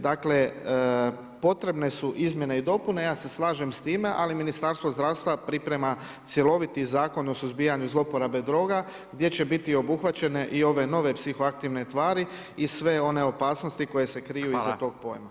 Dakle, potrebne su izmjene i dopune, ja se slažem s time ali Ministarstvo zdravstva priprema cjeloviti zakon o suzbijanju zloporabe droga gdje će biti obuhvaćene i ove nove psihoaktivne tvari i sve one opasnosti koje se kriju iza toga pojma.